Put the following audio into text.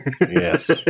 Yes